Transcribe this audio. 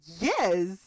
yes